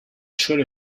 suelo